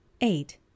Eight